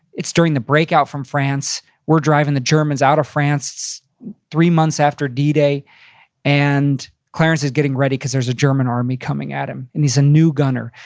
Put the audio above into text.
it's during the breakout from france. we're driving the germans out of france three months after d-day, and clarence is getting ready cause there's a german army coming at him. and he's a new gunner.